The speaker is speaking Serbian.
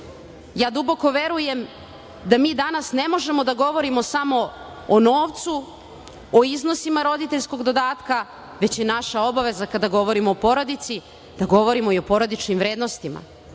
Duboko verujem da mi ne možemo da govorimo samo o novcu, o iznosima roditeljskog dodatka, već je naša obaveza kada govorimo o porodici, da govorimo o porodičnim vrednostima. Ne